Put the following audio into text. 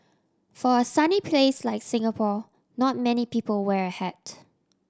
for a sunny place like Singapore not many people wear a hat